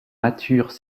matures